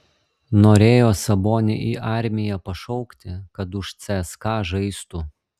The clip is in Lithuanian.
norėjo sabonį į armiją pašaukti kad už cska žaistų